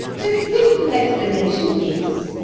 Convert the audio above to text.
the simple explanation is,